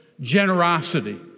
generosity